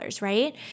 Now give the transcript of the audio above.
Right